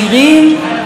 למעונות היום,